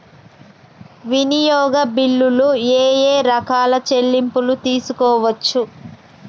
వినియోగ బిల్లులు ఏమేం రకాల చెల్లింపులు తీసుకోవచ్చు?